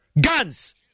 guns